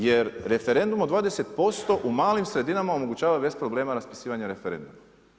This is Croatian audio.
Jer referendum od 20% u malim sredinama omogućava bez problema raspisivanje referenduma.